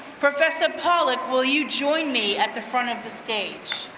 professor pollack, will you join me, at the front of the stage?